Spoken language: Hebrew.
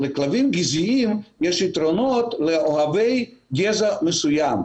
לכלבים גזעיים יש יתרונות לאוהבי גזע מסוים.